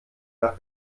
nach